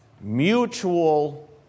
mutual